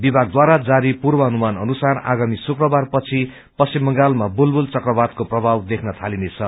विभागद्वारा जारी पूर्वानुमान अनुसार आगामी शुक्रबार पछि पश्चिम बंगालमा बुलबुल चक्रवातको प्रभाव देख्न थालिनेछ